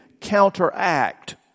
counteract